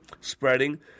spreading